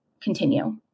continue